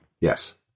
Yes